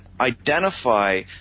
identify